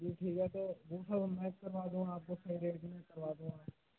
जी ठीक है सर वो सब मैं करवा दूंगा आपको सही रेट में करवा दूंगा मैं